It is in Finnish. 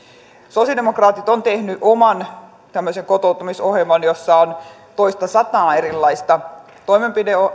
sosialidemokraatit ovat tehneet oman tämmöisen kotouttamisohjelman jossa on toistasataa erilaista toimenpide